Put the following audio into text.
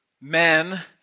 men